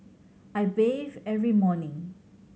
I bathe every morning